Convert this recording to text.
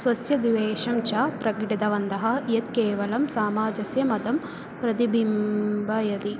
स्वस्य द्विवेशं च प्रकटितवन्तः यत् केवलं समाजस्य मतं प्रतिबिम्बयति